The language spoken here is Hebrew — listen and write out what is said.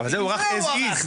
אבל זה הוארך as is,